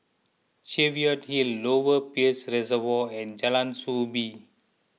Cheviot Hill Lower Peirce Reservoir and Jalan Soo Bee